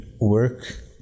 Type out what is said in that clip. work